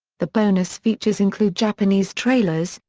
the bonus features include japanese trailers,